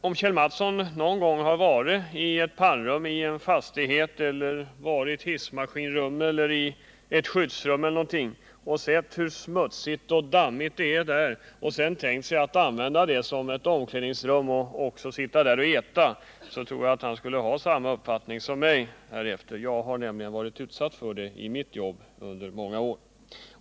Om Kjell Mattsson någon gång hade varit i ett pannrum, ett hissmaskinrum eller ett skyddsrum i en fastighet och sett hur smutsigt och dammigt det är där och sedan tänkt sig att använda det som omklädningsrum och också sitta där och äta, då tror jag att han skulle ha samma uppfattning som jag. Jag har nämligen varit utsatt för det i mitt jobb under många år.